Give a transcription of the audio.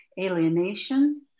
alienation